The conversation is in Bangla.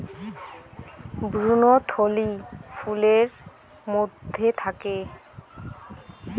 ভ্রূণথলি ফুলের মধ্যে থাকে